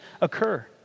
occur